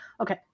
Okay